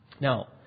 Now